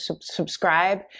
subscribe